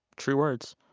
true words.